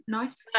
nice